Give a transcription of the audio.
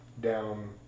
down